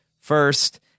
First